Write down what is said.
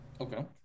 Okay